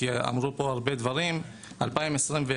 לפי הלמ"ס שהתפרסם,